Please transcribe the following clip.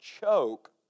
choke